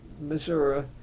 Missouri